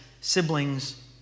siblings